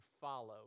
follow